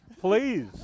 please